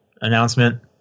announcement